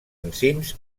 enzims